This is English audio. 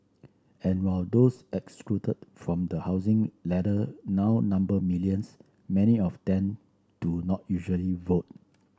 and while those excluded from the housing ladder now number millions many of them do not usually vote